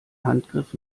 handgriff